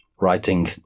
writing